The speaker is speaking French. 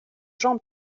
jean